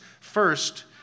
First